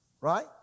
Right